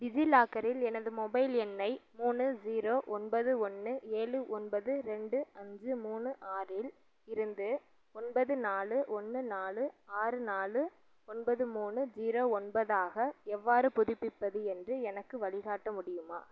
டிஜிலாக்கரில் எனது மொபைல் எண்ணை மூணு ஜீரோ ஒன்பது ஒன்று ஏழு ஒன்பது ரெண்டு அஞ்சு மூணு ஆறில் இருந்து ஒன்பது நாலு ஒன்று நாலு ஆறு நாலு ஒன்பது மூணு ஜீரோ ஒன்பதாக எவ்வாறு புதுப்பிப்பது என்று எனக்கு வழிகாட்ட முடியுமா